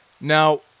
Now